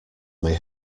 may